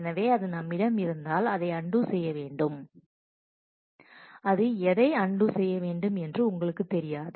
எனவே அது நம்மிடம் இருந்தால் அதை அன்டூ செய்ய வேண்டும் அது எதைச் அன்டூ செய்ய வேண்டும் என்று எங்களுக்குத் தெரியாது